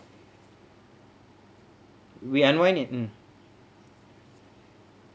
we unwind in mm